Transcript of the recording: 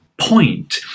point